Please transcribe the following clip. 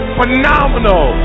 phenomenal